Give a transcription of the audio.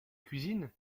cuisine